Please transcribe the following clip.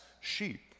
sheep